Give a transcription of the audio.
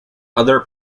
other